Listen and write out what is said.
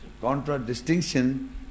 Contradistinction